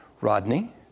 Rodney